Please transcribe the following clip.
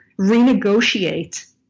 renegotiate